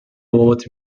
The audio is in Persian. بابات